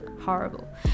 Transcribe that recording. horrible